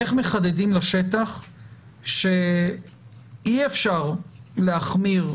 איך מחדדים לשטח שאי-אפשר להחמיר,